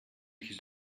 his